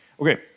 Okay